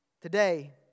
Today